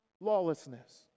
lawlessness